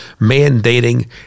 mandating